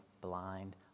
blind